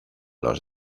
los